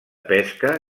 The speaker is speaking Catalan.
pesca